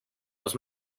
los